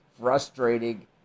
frustrating